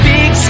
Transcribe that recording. Big